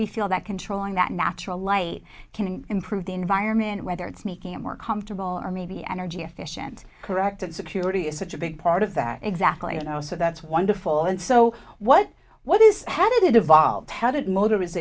we feel that controlling that natural light can improve the environment whether it's making it more comfortable or maybe energy efficient correct and security is such a big part of that exactly you know so that's wonderful and so what what is how did it evolve tethered motor